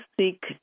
seek